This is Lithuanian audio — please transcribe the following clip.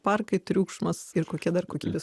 parkai triukšmas ir kokia dar kokybės